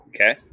Okay